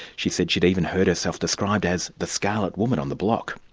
she said she'd even heard herself described as the scarlet woman on the block.